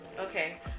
Okay